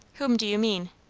whom do you mean?